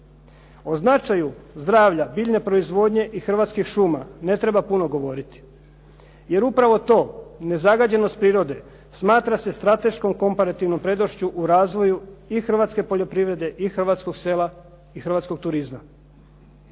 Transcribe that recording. O značaju zdravlja biljne proizvodnje i hrvatskih šuma ne treba puno govoriti, jer upravo to nezagađenost prirode smatra se strateškom komparativnom prednošću u razvoju i hrvatske poljoprivrede i hrvatskog sela i hrvatskog turizma.